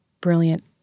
brilliant